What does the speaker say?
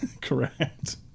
Correct